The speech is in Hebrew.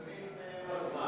אדוני, הסתיים הזמן.